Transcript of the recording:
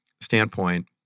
standpoint